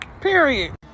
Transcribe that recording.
Period